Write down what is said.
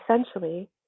essentially